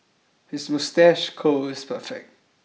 his moustache curl is perfect